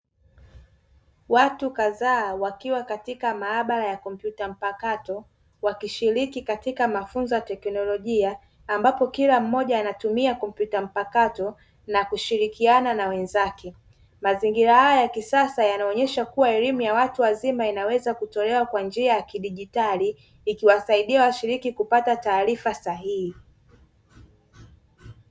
Watu kadhaa wakiwa katika maabara ya kompyuta mpakato, wakishiriki katika mafunzo ya teknolojia ambapo kila mmoja anatumia kompyuta mpakato na kushirikiana na wenzake. Mazingira haya ya kisasa yanaonesha kuwa elimu ya watu wazima inaweza kutolewa kwa njia ya kidigitali ikiwasaidia washiriki kupata taarifa sahihi.